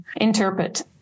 interpret